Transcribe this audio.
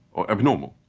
or abnormal.